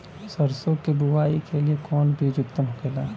सरसो के बुआई के लिए कवन बिज उत्तम होखेला?